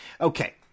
Okay